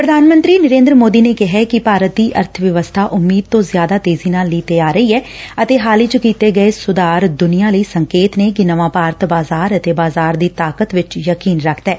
ਪ੍ਰਧਾਨ ਮੰਤਰੀ ਨਰੇਂਦਰ ਮੋਦੀ ਨੇ ਕਿਹੈ ਕਿ ਭਾਰਤ ਦੀ ਅਰਥ ਵਿਵਸਥਾ ਉਮੀਦ ਤੋਂ ਜ਼ਿਆਦਾ ਤੇਜ਼ੀ ਨਾਲ ਲੀਹ ਤੇ ਆ ਰਹੀ ਐ ਅਤੇ ਹਾਲ ਹੀ ਚ ਕੀਤੇ ਗਏ ਸੁਧਾਰ ਦੁਨੀਆਂ ਲਈ ਸੰਕੇਤ ਨੇ ਕਿ ਨਵਾਂ ਭਾਰਤ ਬਾਜ਼ਾਰ ਅਤੇ ਬਾਜ਼ਾਰ ਦੀ ਤਾਕਤ ਤੇ ਯਕੀਨ ਰੱਖਦੈ